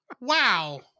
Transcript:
Wow